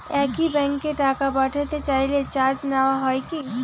একই ব্যাংকে টাকা পাঠাতে চাইলে চার্জ নেওয়া হয় কি?